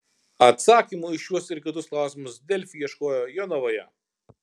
atsakymų į šiuos ir kitus klausimus delfi ieškojo jonavoje